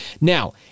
Now